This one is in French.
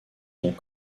sont